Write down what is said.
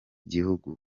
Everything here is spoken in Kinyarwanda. gihugu